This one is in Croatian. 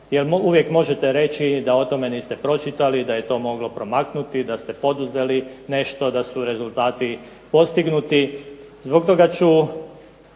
uvijek možete reći da o tome niste pročitali, da je to moglo promaknuti, da ste poduzeli nešto da su rezultati postignuti. Zbog toga ću